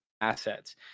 assets